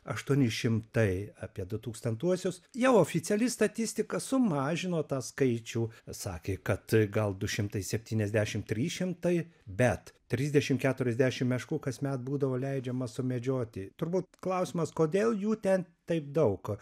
aštuoni šimtai apie du tūkstantuosius jau oficiali statistika sumažino tą skaičių sakė kad gal du šimtai septyniasdešim trys šimtai bet trisdešim keturiasdešim meškų kasmet būdavo leidžiama sumedžioti turbūt klausimas kodėl jų ten taip daug